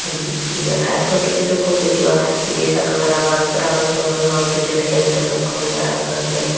ᱤᱭᱟᱹ ᱠᱷᱟᱱ ᱟᱫᱚ ᱠᱤᱪᱷᱩ ᱫᱚᱠᱚ ᱜᱩᱡᱩᱜᱼᱟ ᱡᱚᱫᱤ ᱥᱟᱵ ᱠᱟᱜᱢᱮ ᱨᱟᱵᱟᱝ ᱨᱟᱵᱟᱝ ᱥᱚᱢᱚᱭᱦᱚᱸ ᱜᱤᱫᱽᱨᱟᱹ ᱞᱮᱠᱟ ᱡᱚᱛᱱᱚ ᱠᱚ ᱦᱩᱭᱩᱜᱼᱟ ᱨᱟᱵᱟᱝᱨᱮ